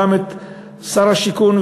גם את שר השיכון,